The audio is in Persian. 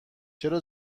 چرا